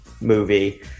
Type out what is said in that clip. movie